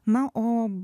na o